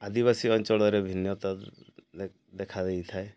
ଆଦିବାସୀ ଅଞ୍ଚଳରେ ଭିନ୍ନତା ଦେଖା ଦେଇଥାଏ